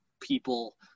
people